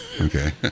Okay